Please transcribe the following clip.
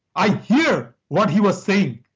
i hear what he was saying,